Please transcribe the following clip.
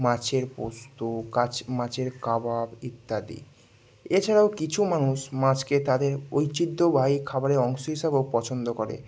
মাছের পোস্ত কাঁচা মাছের কাবাব ইত্যাদি এছাড়াও কিছু মানুষ মাছকে তাদের ঐতিহ্যবাহী খাবারের অংশ হিসাবেও পছন্দ করে